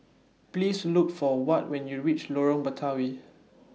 Please Look For Watt when YOU REACH Lorong Batawi